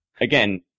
again